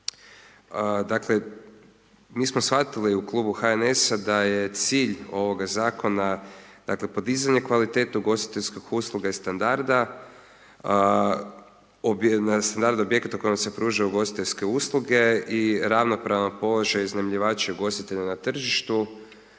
Dakle, mi smo shvatili u klubu HNS-a da je cilj ovoga zakona podizanje kvalitete ugostiteljskih usluga i standarda .../Govornik se ne razumije./... objektima u kojima se ugostiteljske usluge i ravnopravan položaj iznajmljivača ugostitelja na tržištu.